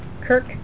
Kirk